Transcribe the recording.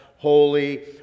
Holy